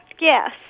Yes